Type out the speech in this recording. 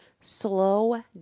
slow